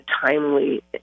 timely